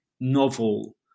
novel